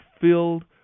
filled